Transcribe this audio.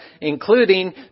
including